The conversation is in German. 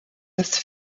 dass